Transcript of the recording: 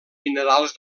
minerals